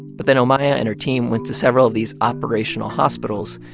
but then omaya and her team went to several of these operational hospitals,